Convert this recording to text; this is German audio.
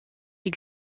die